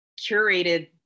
curated